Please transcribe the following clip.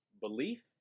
Belief